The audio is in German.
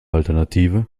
alternative